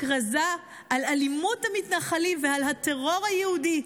כרזה על אלימות המתנחלים ועל הטרור היהודי.